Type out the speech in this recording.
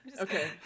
Okay